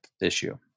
issue